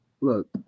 look